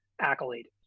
accolade